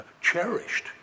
cherished